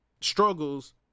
struggles